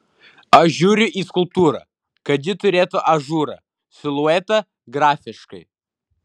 aš žiūriu į skulptūrą kad ji turėtų ažūrą siluetą grafiškai